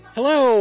Hello